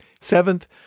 Seventh